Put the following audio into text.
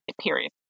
Period